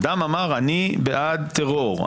אדם אמר: אני בעד טרור,